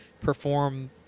perform